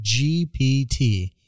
GPT